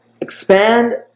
expand